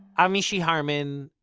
i'm mishy harman,